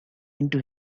into